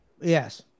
Yes